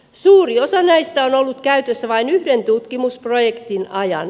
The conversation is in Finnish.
suuri osa näistä on ollut käytössä vain yhden tutkimusprojektin ajan